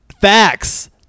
Facts